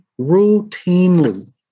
routinely